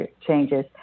changes